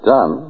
Done